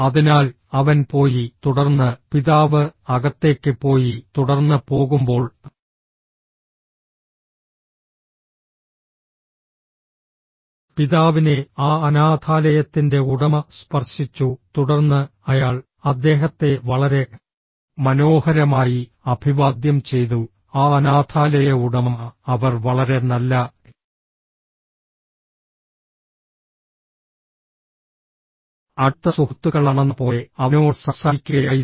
അതിനാൽ അവൻ പോയി തുടർന്ന് പിതാവ് അകത്തേക്ക് പോയി തുടർന്ന് പോകുമ്പോൾ പിതാവിനെ ആ അനാഥാലയത്തിന്റെ ഉടമ സ്പർശിച്ചു തുടർന്ന് അയാൾ അദ്ദേഹത്തെ വളരെ മനോഹരമായി അഭിവാദ്യം ചെയ്തു ആ അനാഥാലയ ഉടമ അവർ വളരെ നല്ല അടുത്ത സുഹൃത്തുക്കളാണെന്നപോലെ അവനോട് സംസാരിക്കുകയായിരുന്നു